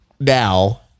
Now